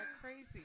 crazy